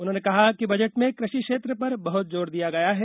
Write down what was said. उन्होंने कहा कि बजट में कृषि क्षेत्र पर बहृत जोर दिया गया है